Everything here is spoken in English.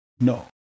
No